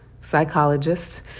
psychologist